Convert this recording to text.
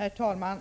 Herr talman!